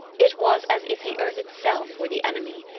it was as if the earth itself were the enemy,